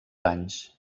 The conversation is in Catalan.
anys